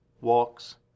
walks